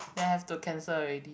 then have to cancel already